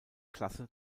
klasse